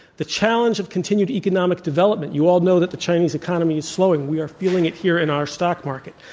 the challenge of continued economic development you all know that the chinese economy is slowing, we are feeling it here in our stock market